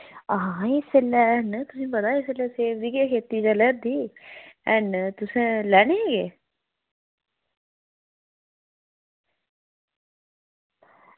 हां इसलै हैन तुसेंगी पता इसलै सेब दी गै खेती चला दी हैन तुसें लैनी केह्